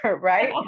right